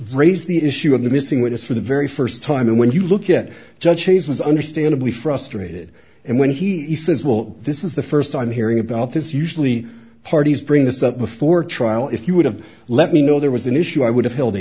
raised the issue of the missing witness for the very first time and when you look at judge hayes was understandably frustrated and when he says well this is the first i'm hearing about this usually parties bring this up before trial if you would have let me know there was an issue i would have held a